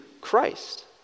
Christ